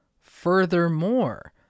Furthermore